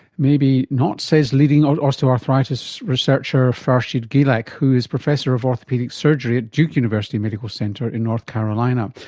maybe not, says leading ah osteoarthritis researcher farshid guilak, who's professor of orthopaedic surgery at duke university medical center in north carolina.